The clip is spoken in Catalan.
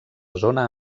zona